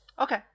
Okay